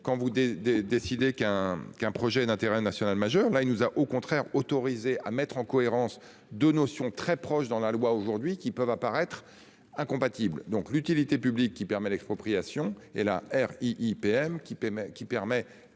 quand vous des des décidé qu'un qu'un projet d'intérêt national majeur là il nous a, au contraire, autorisés à mettre en cohérence de notions très proches dans la loi aujourd'hui qui peuvent apparaître. Incompatible donc l'utilité publique qui permet l'expropriation et la R IPM qui permet,